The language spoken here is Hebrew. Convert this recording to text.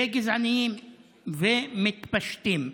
גזעניים ומתפשטים,